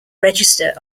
register